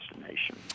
destination